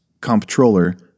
Comptroller